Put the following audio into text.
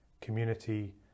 community